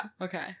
Okay